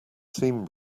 seam